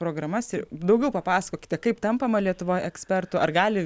programas ir daugiau papasakokite kaip tampama lietuvoj ekspertu ar gali